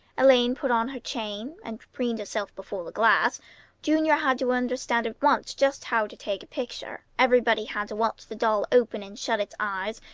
elaine put on her chain, and preened herself before the glass junior had to understand at once just how to take a picture everybody had to watch the doll open and shut its eyes,